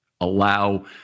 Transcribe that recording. allow